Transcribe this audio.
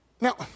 Now